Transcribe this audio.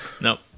Nope